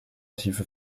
tiefe